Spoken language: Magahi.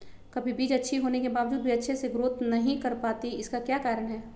कभी बीज अच्छी होने के बावजूद भी अच्छे से नहीं ग्रोथ कर पाती इसका क्या कारण है?